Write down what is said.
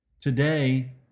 Today